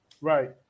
Right